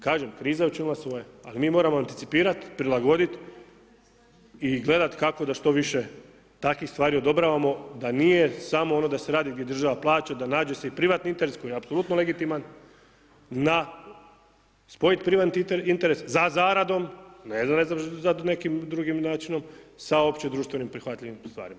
Kažem, kriza je učinila svoje, ali mi moramo anticipirati, prilagoditi i gledati kako da što više takvih stvari odobravamo, da nije samo ono da se radi gdje država plaća, da nađe se i privatni interes koji je apsolutno legitiman na spojiti privatni interes za zaradom, ne za nekim drugim načinom, sa opće društvenim prihvatljivim stvarima.